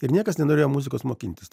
ir niekas nenorėjo muzikos mokintis